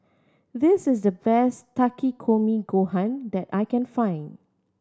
this is the best Takikomi Gohan that I can find